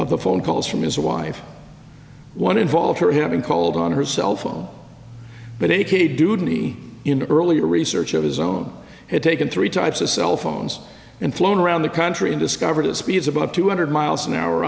of the phone calls from his wife one involve her having called on her cell phone but a k duty in the earlier research of his own had taken three types of cell phones and flown around the country and discovered at speeds about two hundred miles an hour